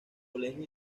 colegio